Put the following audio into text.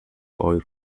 oil